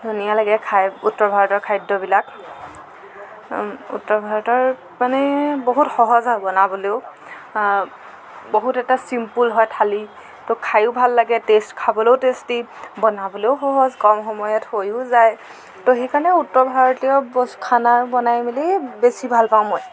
ধুনীয়া লাগে খাই উত্তৰ ভাৰতৰ খাদ্যবিলাক উত্তৰ ভাৰতৰ মানে বহুত সহজ হয় বনাবলৈও বহুত এটা চিম্পল হয় থালী তো খায়ো ভাল লাগে টেষ্ট খাবলৈও টেষ্টি বনাবলৈও সহজ কম সময়ত হৈও যায় তো সেইকাৰণে উত্তৰ ভাৰতীয় বস্তু খানা বনাই মেলি বেছি ভাল পাওঁ মই